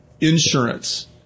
insurance